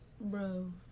Bro